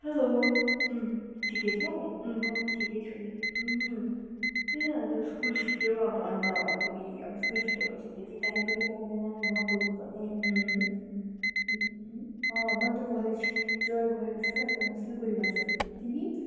hello ठिकै छौ म पनि ठिकै छु नि त्यही त त्यो स्कुल छुट्टियो अब अन्त फेरि अब स्कुल छुट्यो पछि त टाइम पनि पाउँदैन होइन बोल्नु पनि मैले त कलेज जोइन गरेको छु अहिले त मो सिलगढीमा छु तिमी